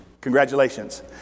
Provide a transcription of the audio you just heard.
Congratulations